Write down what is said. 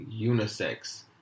unisex